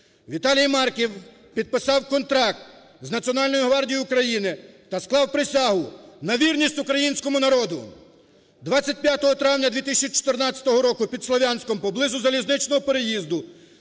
Віталій Марків підписав контракт з Національною гвардією України та склав присягу на вірність українському народу. 25 травня 2014 року під Слов'янському, поблизу залізничного переїзду,